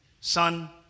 son